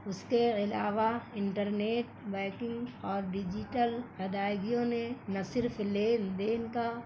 اس کے علاوہ internet banking اور ڈیجیٹل ادائیگیوں نے نہ صرف لین دین کا